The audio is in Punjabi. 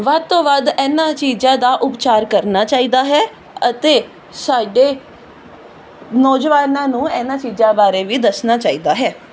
ਵੱਧ ਤੋਂ ਵੱਧ ਇਹਨਾਂ ਚੀਜ਼ਾਂ ਦਾ ਉਪਚਾਰ ਕਰਨਾ ਚਾਹੀਦਾ ਹੈ ਅਤੇ ਸਾਡੇ ਨੌਜਵਾਨਾਂ ਨੂੰ ਇਹਨਾਂ ਚੀਜ਼ਾਂ ਬਾਰੇ ਵੀ ਦੱਸਣਾ ਚਾਹੀਦਾ ਹੈ